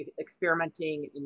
experimenting